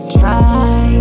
try